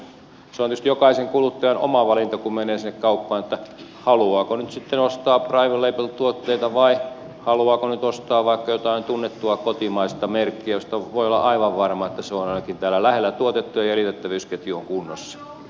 sitten se on tietysti myös jokaisen kuluttajan oma valinta kun menee sinne kauppaan haluaako nyt sitten ostaa private label tuotteita vai haluaako nyt ostaa vaikka jotain tunnettua kotimaista merkkiä josta voi olla aivan varma että se on ainakin täällä lähellä tuotettu ja jäljitettävyysketju on kunnossa